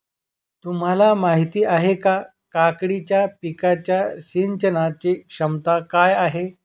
तुम्हाला माहिती आहे का, काकडीच्या पिकाच्या सिंचनाचे क्षमता काय आहे?